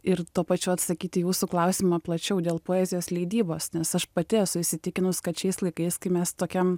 ir tuo pačiu atsakyt į jūsų klausimą plačiau dėl poezijos leidybos nes aš pati esu įsitikinus kad šiais laikais kai mes tokiam